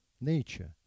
nature